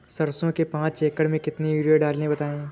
सरसो के पाँच एकड़ में कितनी यूरिया डालें बताएं?